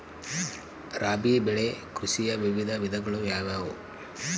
ರಾಬಿ ಬೆಳೆ ಕೃಷಿಯ ವಿವಿಧ ವಿಧಗಳು ಯಾವುವು?